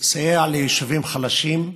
לסייע ליישובים חלשים,